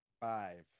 Five